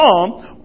come